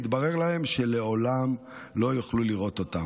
התברר להם שלעולם לא יוכלו לראות אותם,